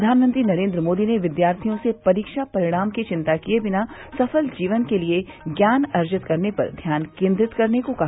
प्रधानमंत्री नरेन्द्र मोदी ने विद्यार्थियों से परीक्षा परिणाम की चिंता किये बिना सफल जीवन के लिए ज्ञान अर्जित करने पर ध्यान केन्द्रित करने को कहा